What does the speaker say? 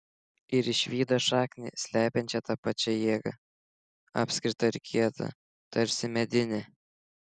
ir išvydo šaknį slepiančią tą pačią jėgą apskritą ir kietą tarsi medinę